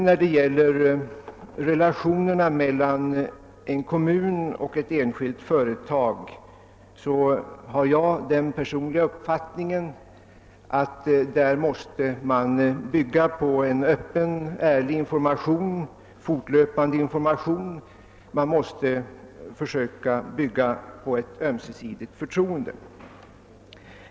När det gäller relationerna mellan en kommun och ett enskilt företag har jag den personliga uppfattningen att man måste bygga på en öppen, ärlig, fortlöpande information som förutsättning för ett ömsesidigt förtroende.